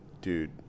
Dude